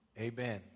Amen